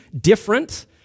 different